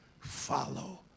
follow